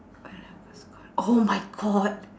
when I was caught oh my god